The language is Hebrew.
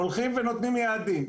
הולכים ונותנים יעדים,